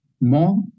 more